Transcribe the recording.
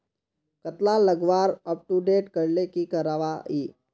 कतला लगवार अपटूडेट करले की करवा ई?